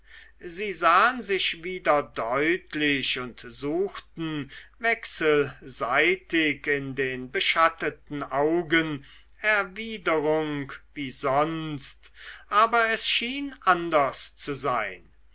sie sahen sich wieder deutlich und suchten wechselseitig in den beschatteten augen erwiderung wie sonst aber es schien anders zu sein